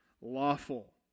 lawful